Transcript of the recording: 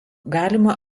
galima